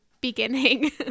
beginning